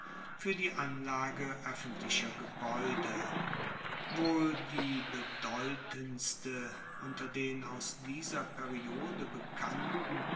fuer die anlage oeffentlicher gebaeude wohl die bedeutendste unter den aus dieser periode bekannten